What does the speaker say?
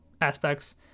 aspects